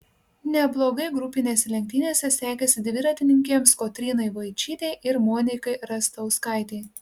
neblogai grupinėse lenktynėse sekėsi dviratininkėms kotrynai vaičytei ir monikai rastauskaitei